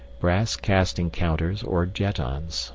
brass casting counters or jettons